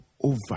over